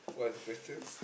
what is the question